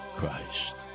Christ